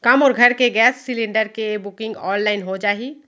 का मोर घर के गैस सिलेंडर के बुकिंग ऑनलाइन हो जाही?